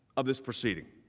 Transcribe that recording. of this proceeding.